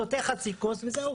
שותה חצי כוס וגמרנו.